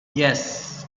yes